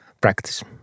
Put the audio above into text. practice